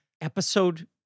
Episode